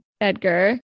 Edgar